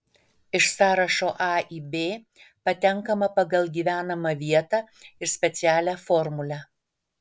iš sąrašo a į b patenkama pagal gyvenamą vietą ir specialią formulę